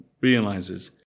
realizes